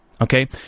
okay